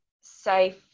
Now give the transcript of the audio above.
safe